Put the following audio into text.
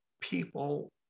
people